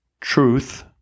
Truth